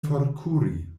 forkuri